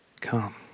Come